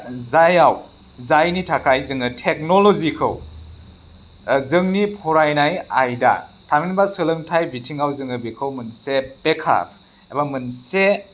जायआव जायनि थाखाय जोङो टेक्न'ल'जिखौ जोंनि फरायनाय आयदा थामहिनबा सोलोंथाइ बिथिङाव जोङो बेखौ मोनसे बेकाफ एबा मोनसे